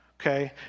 okay